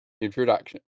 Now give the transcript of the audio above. introduction